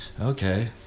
okay